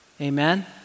amen